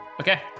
Okay